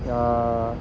yeah